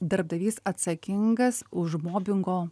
darbdavys atsakingas už mobingo